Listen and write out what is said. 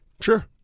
Sure